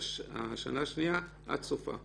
השנה השנייה עד סופה.